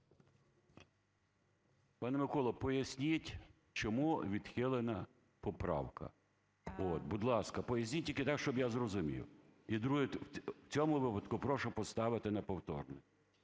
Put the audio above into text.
Пане Миколо, поясніть, чому відхилена поправка, от. Будь ласка, поясніть, тільки так, щоб я зрозумів. І друге. В цьому випадку прошу поставити на повторне.